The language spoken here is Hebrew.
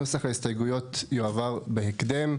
נוסח הסתייגויות יועבר בהקדם.